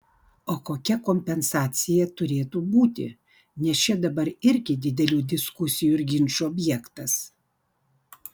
o kokia kompensacija turėtų būti nes čia dabar irgi didelių diskusijų ir ginčų objektas